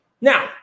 now